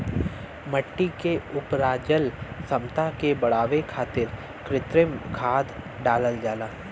मट्टी के उपराजल क्षमता के बढ़ावे खातिर कृत्रिम खाद डालल जाला